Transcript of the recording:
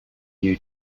new